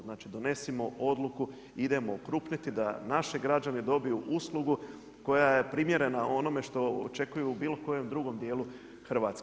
Znači donesimo odluku, idemo okrupniti da naši građani dobiju uslugu koja je primjerena onome što očekuju u bilo kojem drugom dijelu Hrvatske.